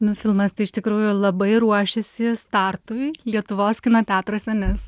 nu filmas tai iš tikrųjų labai ruošiasi startui lietuvos kino teatruose nes